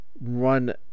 run